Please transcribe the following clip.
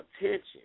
attention